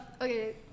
Okay